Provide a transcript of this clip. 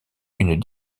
une